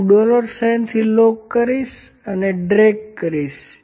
હું dollars sign થી lock કરીશ અને ડ્રેગ કરીશ